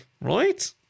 right